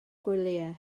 gwyliau